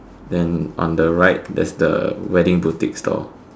then on the right there's the wedding boutique stall